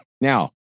Now